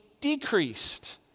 decreased